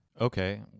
Okay